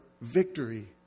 victory